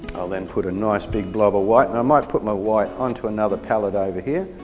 i'll then put a nice big blob of white and i might put my white onto another palette over here.